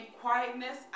quietness